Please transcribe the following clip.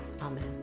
Amen